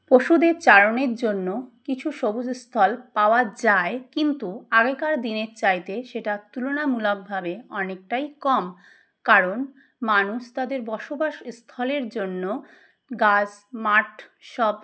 পশুদের চারণের জন্য কিছু সবুজস্থ্থল পাওয়া যায় কিন্তু আগেকার দিনের চাইতে সেটা তুলনামূলকভাবে অনেকটাই কম কারণ মানুষ তাদের বসবাস স্থলের জন্য গাছ মাঠ সব